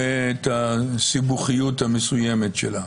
ואת הסיבוכיות המסוימת שלה.